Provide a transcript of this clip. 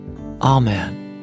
Amen